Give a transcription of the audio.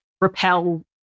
repel